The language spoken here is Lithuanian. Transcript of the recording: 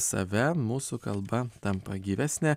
save mūsų kalba tampa gyvesnė